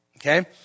Okay